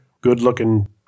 good-looking